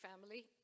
family